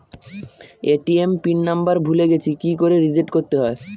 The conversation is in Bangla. এ.টি.এম পিন নাম্বার ভুলে গেছি কি করে রিসেট করতে হয়?